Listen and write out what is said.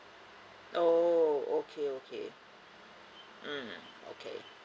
oh okay okay mm okay